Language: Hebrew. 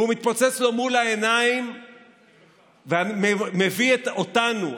הוא מתפוצץ לו מול העיניים ומביא אותנו,